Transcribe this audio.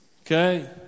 Okay